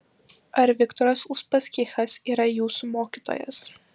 ar viktoras uspaskichas yra jūsų mokytojas